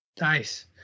nice